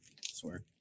Swear